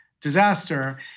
disaster